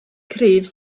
cryf